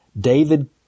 David